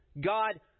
God